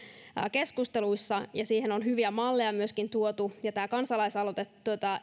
keskusteluissa ja siihen on hyviä malleja myöskin tuotu ja tämä kansalaisaloite